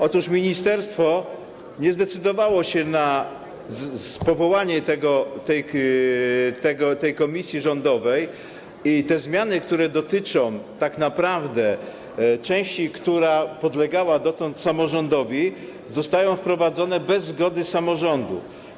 Otóż ministerstwo nie zdecydowało się na powołanie tej komisji rządowej i zmiany, które dotyczą tak naprawdę części, która podlegała dotąd samorządowi, zostają wprowadzone bez zgody samorządu.